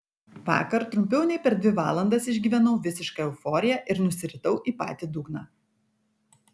vakar trumpiau nei per dvi valandas išgyvenau visišką euforiją ir nusiritau į patį dugną